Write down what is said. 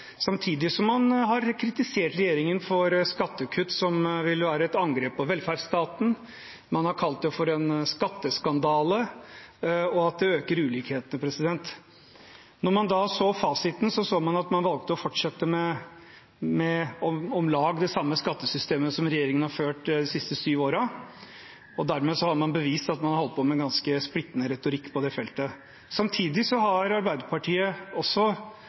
samtidig som man har kritisert regjeringen for skattekutt som vil være et angrep på velferdsstaten. Man har kalt det for en skatteskandale, og at det øker ulikhetene. Når man da så fasiten, så man at man valgte å fortsette med om lag det samme skattesystemet som regjeringen har ført de siste syv årene, og dermed har man bevist at man har holdt på med en ganske splittende retorikk på det feltet. Samtidig har Arbeiderpartiet også